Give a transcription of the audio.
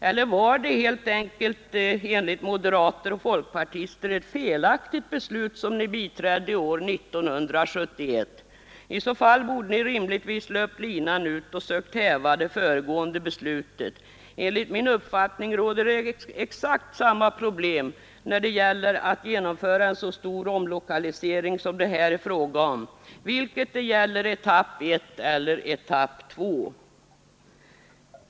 Eller var det helt enkelt, moderater och folkpartister, ett felaktigt beslut ni biträdde år 19712? I så fall borde ni rimligtvis ha löpt linan ut och sökt häva det föregående beslutet. Vid en så stor omlokalisering som det här är fråga om uppstår enligt min uppfattning exakt samma problem vid genomförandet av etapp två som vid genomförandet av etapp ett.